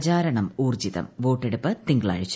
പ്രചാരണം ഊർജ്ജിതം വോട്ടെടുപ്പ് തിങ്കളാഴ്ച